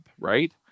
right